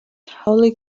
holly